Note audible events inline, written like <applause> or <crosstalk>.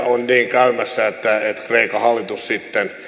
<unintelligible> on niin käymässä että kreikan hallitus